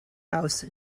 ouse